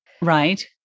Right